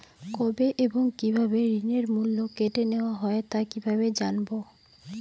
কবে এবং কিভাবে ঋণের মূল্য কেটে নেওয়া হয় তা কিভাবে জানবো?